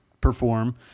perform